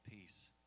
peace